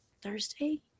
Thursday